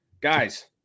Guys